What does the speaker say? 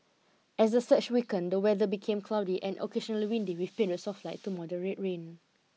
as the surge weakened the weather became cloudy and occasionally windy with periods of light to moderate rain